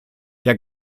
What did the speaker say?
der